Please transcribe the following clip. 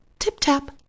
Tip-tap